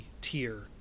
tier